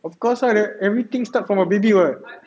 of course lah that everything start from a baby [what]